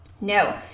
No